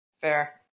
Fair